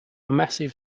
massive